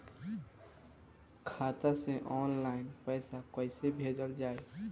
खाता से ऑनलाइन पैसा कईसे भेजल जाई?